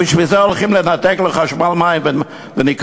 בשביל זה הולכים לנתק חשמל, מים וניקיון?